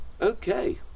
Okay